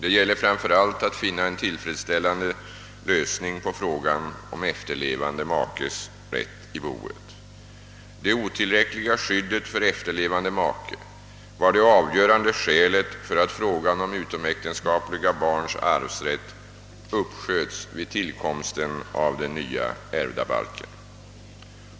Det gäller framför allt att finna en tillfredsställande lösning på frågan om efterlevande makes rätt i boet. Det otillräckliga skyddet för efterlevande make var det avgörande skälet för att frågan om utomäktenskapliga barns arvsrätt uppsköts vid tillkomsten av den nya ärvdabalken.